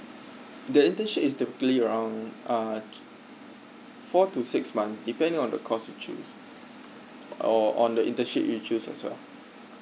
the internship is typically around uh four to six months depending on the course you choose or on the internship you choose as well